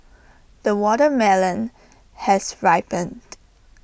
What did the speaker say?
the watermelon has ripened